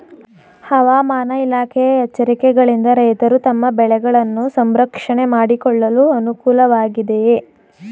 ಹವಾಮಾನ ಇಲಾಖೆಯ ಎಚ್ಚರಿಕೆಗಳಿಂದ ರೈತರು ತಮ್ಮ ಬೆಳೆಗಳನ್ನು ಸಂರಕ್ಷಣೆ ಮಾಡಿಕೊಳ್ಳಲು ಅನುಕೂಲ ವಾಗಿದೆಯೇ?